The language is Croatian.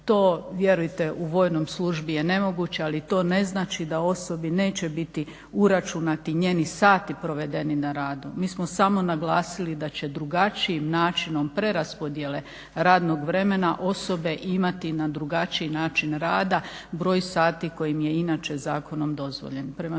To vjerujte u vojnoj službi je nemoguće ali to ne znači da osobi neće biti uračunati njeni sati provedeni na radu. Mi smo samo naglasili da će drugačijim načinom preraspodjele radnog vremena osobe imati na drugačiji način rada broj sati koji im je inače zakonom dozvoljen.